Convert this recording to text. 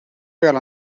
peal